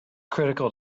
critical